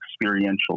experiential